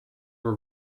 were